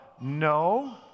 No